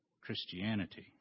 Christianity